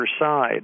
side